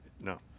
no